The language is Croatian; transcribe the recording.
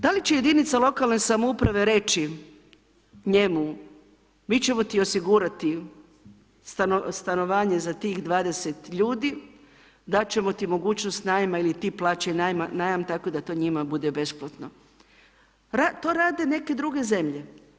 Da li će jedinica lokalne samouprave reći njemu mi ćemo ti osigurati stanovanje za tih 20 ljudi, dat ćemo ti mogućnost najma ili ti plaćaj najam tako da to njima bude besplatno, to rade neke druge zemlje.